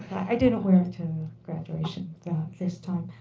i didn't wear it to graduation this time.